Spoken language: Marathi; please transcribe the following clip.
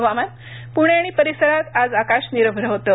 हवामान पुणे आणि परिसरात आज आकाश निरभ्र होतं